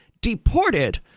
deported